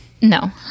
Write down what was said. No